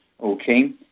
Okay